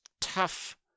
tough